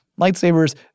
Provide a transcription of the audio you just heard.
Lightsabers